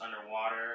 underwater